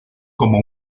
como